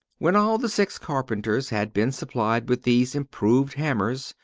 when all the six carpenters had been supplied with these improved hammers,